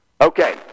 Okay